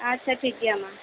ᱟᱪᱪᱷᱟ ᱴᱷᱤᱠ ᱜᱮᱭᱟ ᱢᱟ